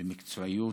במקצועיות,